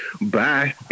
Bye